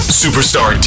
superstar